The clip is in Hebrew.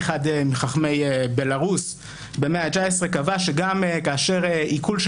אחד מחכמי בלארוס במאה התשע-עשרה קבע שגם כאשר עיקול של